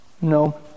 No